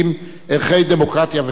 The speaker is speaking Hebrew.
ערכי דמוקרטיה וחירות,